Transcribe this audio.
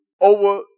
over